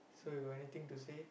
so you got anything to say